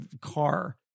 car